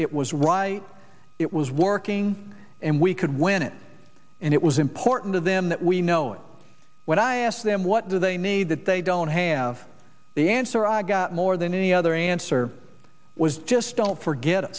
it was right it was working and we could win it and it was important to them that we know and when i asked them what do they need that they don't have the answer i got more than any other answer was just don't forget